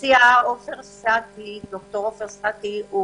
לדעתי, מה שהציע ד"ר עופר סטי הוא